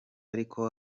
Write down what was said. ariko